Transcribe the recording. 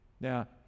Now